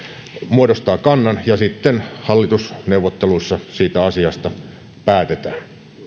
muodostaa kannan ja sitten hallitusneuvotteluissa siitä asiasta päätetään